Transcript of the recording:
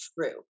true